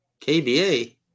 KBA